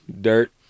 dirt